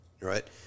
Right